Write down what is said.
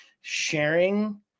sharing